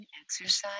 exercise